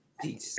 peace